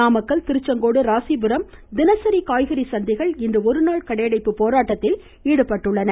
நாமக்கல் திருச்செங்கோடு ராசிபுரம் தினசரி காய்கறி சந்தைகள் இன்று ஒருநாள் கடையடைப்பு போராட்டத்தில் ஈடுபட்டுள்ளன